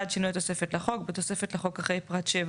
שינוי התוספת לחוק בתוספת לחוק,